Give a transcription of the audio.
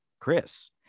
Chris